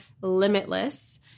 limitless